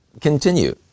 continue